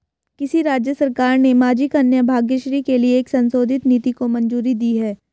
किस राज्य सरकार ने माझी कन्या भाग्यश्री के लिए एक संशोधित नीति को मंजूरी दी है?